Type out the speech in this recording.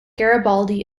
garibaldi